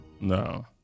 No